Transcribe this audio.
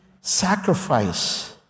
sacrifice